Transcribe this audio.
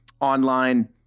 online